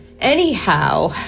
Anyhow